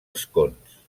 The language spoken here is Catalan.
escons